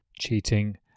cheating